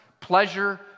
pleasure